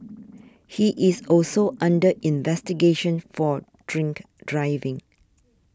he is also under investigation for drink driving